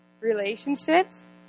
Relationships